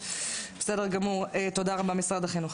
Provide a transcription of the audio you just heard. במידה וכן, במקרה קיצון,